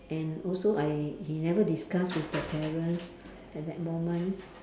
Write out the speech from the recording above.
and also I he never discuss with the parents at that moment